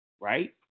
right